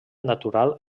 natural